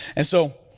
and so,